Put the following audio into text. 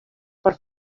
per